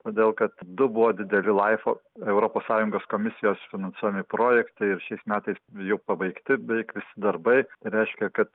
todėl kad du buvo dideli laifo europos sąjungos komisijos finansuojami projektai ir šiais metais jau pabaigti beveik visi darbai reiškia kad